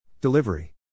Delivery